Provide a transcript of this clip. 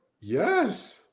Yes